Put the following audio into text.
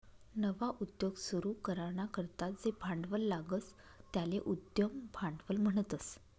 नवा उद्योग सुरू कराना करता जे भांडवल लागस त्याले उद्यम भांडवल म्हणतस